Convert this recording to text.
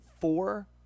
Four